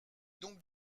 donc